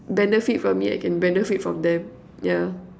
benefit from me I can benefit from them yeah